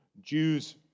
Jews